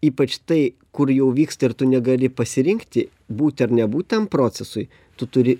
ypač tai kur jau vyksta ir tu negali pasirinkti būti ar nebūt ten procesui tu turi